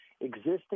existing